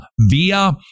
via